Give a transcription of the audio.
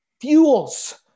Fuels